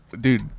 dude